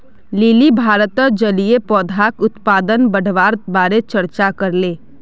lily भारतत जलीय पौधाक उत्पादन बढ़वार बारे चर्चा करले